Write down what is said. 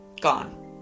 gone